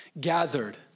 Gathered